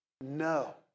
No